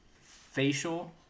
facial